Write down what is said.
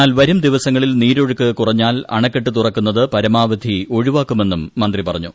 എന്നാൽ വരും ദിവസങ്ങളിൽ നീരൊഴുക്ക് കുറഞ്ഞാൽ അണക്കെട്ട് തുറക്കുന്നത് പരമാവധി ഒഴിവാക്കുമെന്നും മന്ത്രി പറഞ്ഞു